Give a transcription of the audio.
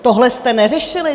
Tohle jste neřešili?